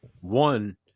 One